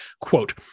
Quote